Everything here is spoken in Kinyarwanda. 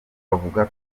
avuga